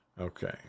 Okay